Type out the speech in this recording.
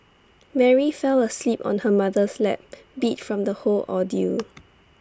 Mary fell asleep on her mother's lap beat from the whole ordeal